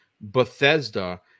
Bethesda